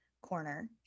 corner